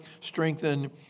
strengthen